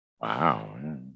Wow